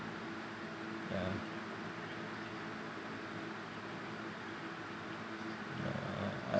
ya ya